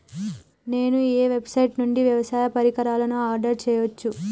నేను ఏ వెబ్సైట్ నుండి వ్యవసాయ పరికరాలను ఆర్డర్ చేయవచ్చు?